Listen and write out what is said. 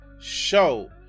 show